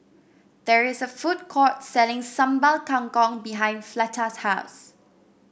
there is a food court selling Sambal Kangkong behind Fleta's house